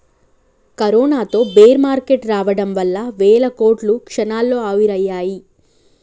కరోనాతో bear market రావడం వల్ల వేల కోట్లు క్షణాల్లో ఆవిరయ్యాయి